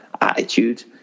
attitude